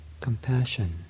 compassion